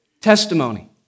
testimony